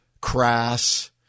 crass